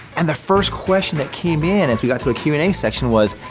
and the first question that came in as we got to a q and a session was,